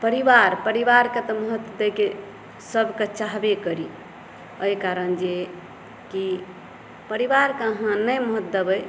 आओर परिवार परिवारके तऽ महत्व दैके सबके चाहबे करी एहि कारण जे कि परिवारके अहाँ नहि महत्व देबै